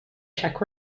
czech